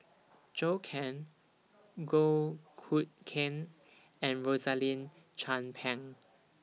Zhou Can Goh Hood Keng and Rosaline Chan Pang